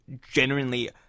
genuinely